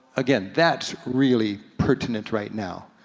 again, that's really pertinent right now.